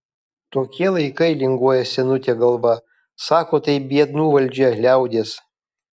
tokie laikai linguoja senutė galva sako tai biednų valdžia liaudies